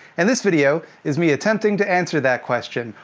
and this video is me attempting to answer that question.